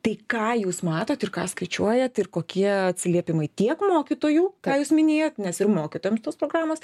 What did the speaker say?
tai ką jūs matot ir ką skaičiuojat ir kokie atsiliepimai tiek mokytojų ką jūs minėjot nes ir mokytojams tos programos